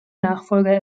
nachfolger